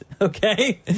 okay